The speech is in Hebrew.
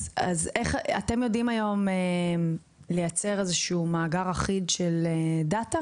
אתם יודעים היום לייצר מאגר אחיד של נתונים?